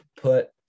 put